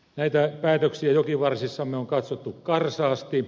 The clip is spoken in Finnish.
näitä päätöksiä jokivarsissamme on katsottu karsaasti